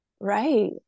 right